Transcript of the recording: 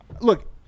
Look